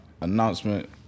announcement